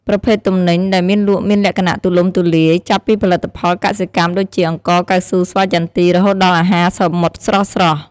ប្រភេទទំនិញ ដែលមានលក់មានលក្ខណៈទូលំទូលាយ ចាប់ពីផលិតផលកសិកម្មដូចជា អង្ករ កៅស៊ូ ស្វាយចន្ទី រហូតដល់អាហារសមុទ្រស្រស់ៗ។